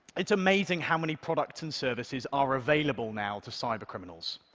it's amazing how many products and services are available now to cybercriminals.